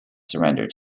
surrender